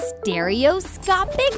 stereoscopic